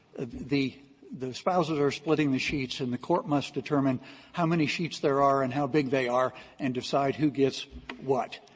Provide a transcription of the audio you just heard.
the the spouses are splitting the sheets and the court must determine how many sheets there are and how big they are and decide who gets what.